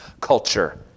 culture